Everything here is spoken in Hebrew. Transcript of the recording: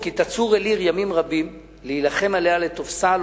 כי תצור אל עיר ימים רבים להילחם עליה לתופשה,